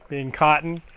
being cotton,